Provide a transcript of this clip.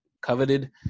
coveted